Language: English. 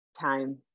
time